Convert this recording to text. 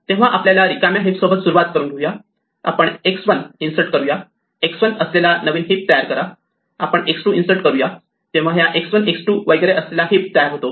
तेव्हा आपण रिकाम्या हिप सोबत सुरुवात करुया आपण x1 इन्सर्ट करूया x1 असलेला नवीन हिप तयार करा आपण x2 इन्सर्ट करूया या तेव्हा x1 x2 वगैरे असलेला हिप तयार होतो